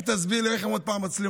רק תסביר לי, איך הם עוד פעם מצליחים?